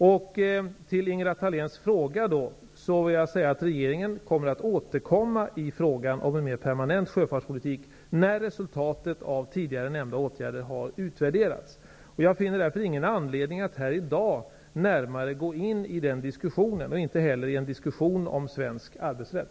På Ingela Thaléns fråga vill jag säga att regeringen skall återkomma till frågan om en mer permanent sjöfartpolitik när resultatet av tidigare nämnda åtgärder har utvärderats. Jag finner därför ingen anledning att här i dag närmare gå in i den diskussionen, inte heller i en diskussion om svensk arbetsrätt.